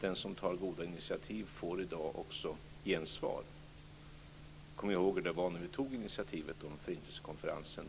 Den som tar goda initiativ får i dag också gensvar. Vi kommer ihåg hur det var när vi tog initiativet till Förintelsekonferensen.